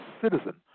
citizen